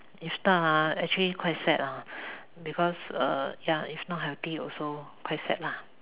if not ah actually quite sad lah because uh ya if not healthy also quite sad lah